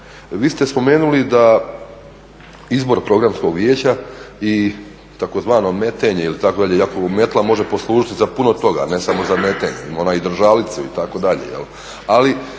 Vi ste spomenuli da izbor Programskog vijeća i tzv. metenje, iako metla može poslužiti za puno toga, ne samo za metenje, ima ona i držalicu itd. Ali